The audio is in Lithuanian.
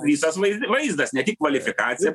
visas vaizd vaizdas ne tik kvalifikacija